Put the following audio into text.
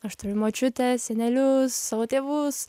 aš turiu močiutę senelius savo tėvus